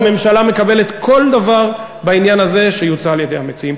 שהממשלה מקבלת כל דבר בעניין הזה שיוצע על-ידי המציעים.